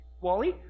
Wally